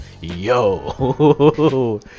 Yo